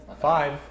Five